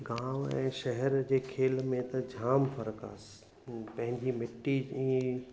गांव ऐं शहर जे खेल में त जामु फ़र्क़ु आहे पंहिंजी मिटी जी